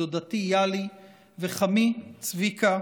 דודתי יהלי וחמי צביקה,